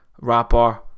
rapper